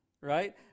right